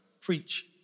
preach